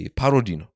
parody